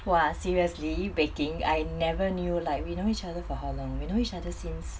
!wah! seriously baking I never knew like we know each other for how long we know each other since